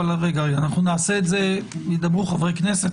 אבל ידברו חברי הכנסת.